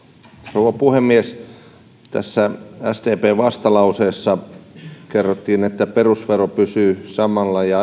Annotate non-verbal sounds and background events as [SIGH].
rouva puhemies tässä sdpn vastalauseessa kerrottiin että perusvero pysyy samalla tasolla ja [UNINTELLIGIBLE]